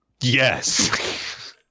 Yes